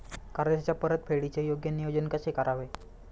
कर्जाच्या परतफेडीचे योग्य नियोजन कसे करावे?